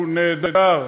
הוא נהדר.